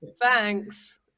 thanks